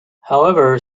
however